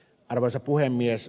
arvoisa puhemies